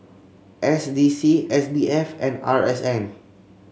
S D C S B F and R S N